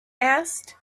asked